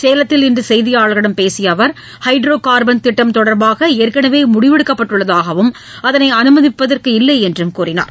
சேலத்தில் இன்றுசெய்தியாளர்களிடம் பேசியஅவர் ஹைட்ரோகார்பன் கிட்டம் தொடர்பாகஏற்கனவேமுடிவு எடுக்கப்பட்டுள்ளதாகவும் அதனைஅனுமதிப்பதற்கு இல்லைஎன்றார்